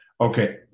Okay